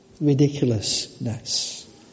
ridiculousness